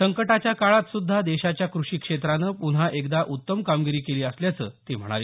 संकटाच्या काळात सुद्धा देशाच्या कृषी क्षेत्रानं पुन्हा एकदा उत्तम कामगिरी केली असल्याचं ते म्हणाले